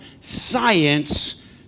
Science